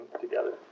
together